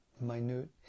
minute